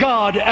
God